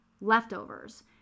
leftovers